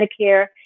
Medicare